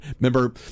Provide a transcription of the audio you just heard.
remember